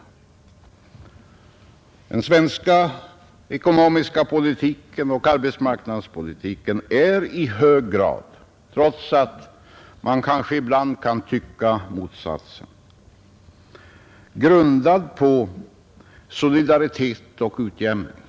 Den svenska ekonomiska politiken och arbetsmarknadspolitiken är i hög grad — trots att man kanske ibland kan tycka motsatsen — grundad på solidaritet och utjämning.